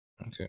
Okay